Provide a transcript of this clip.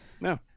No